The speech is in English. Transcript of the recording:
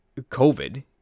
COVID